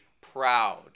proud